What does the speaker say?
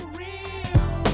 real